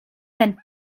then